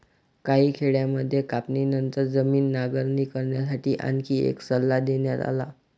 काही खेड्यांमध्ये कापणीनंतर जमीन नांगरणी करण्यासाठी आणखी एक सल्ला देण्यात आला